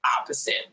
opposite